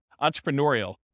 entrepreneurial